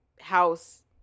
house